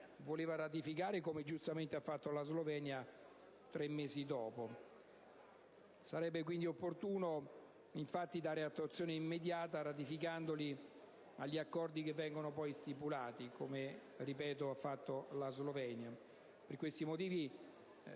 Sarebbe opportuno, infatti, dare attuazione immediata, ratificandoli, agli Accordi che vengono stipulati come ha fatto, ripeto, la Slovenia. Per questi motivi,